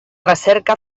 recerca